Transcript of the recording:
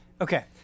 Okay